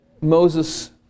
Moses